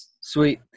sweet